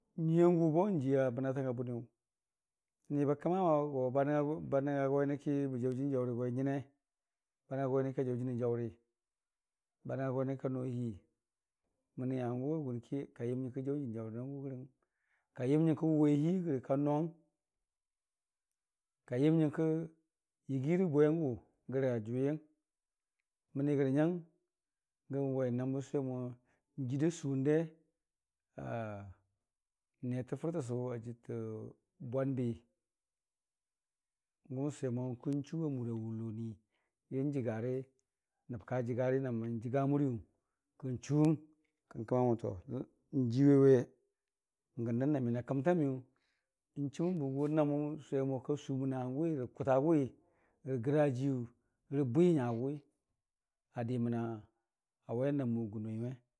nyiiyangʊ bo n'jiiya mənatanga bʊniyʊ niba kəmago ba nəngnga go nyənəki bə jaʊ jənii jaʊri go nyəne ba nəngnga go nyənə ka jaʊ jənil jaʊri ba nəngnga go nyənəki ka no hii məni hangʊ a gurki kayəm nyənki jaʊ jənii jaʊrangʊ rəgəng kayəm nyərii wʊwe hiigərə kanong, kayəm nyəngki yəgirə bwengʊgəra jʊwiyəng məni gərənyang bən sʊwe mo gən nam jiida suwunde netə fərtəsʊ ajɨrtəbwanbi gʊn sʊwemo kən chuwa mura wulonii yən jəgari nəb kajəgari na n'mən jəga muriiyu kən chuwu kən kəma mo jiiwaiwe n'gənda nəmən akəmta miyʊ n'chumən bə gʊ na mwʊ n'sʊwe mo ka suməna hangʊwi rə kʊtagʊwi rəgarajiiyu rəbwi nyagʊwi a deməna wainəm mo gunoiwe.